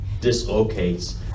dislocates